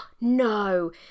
no